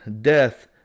Death